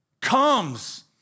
comes